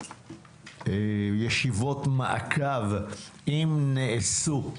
היערכויות, אני אשמח לדעת ישיבות מעקב אם נעשו,